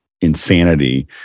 insanity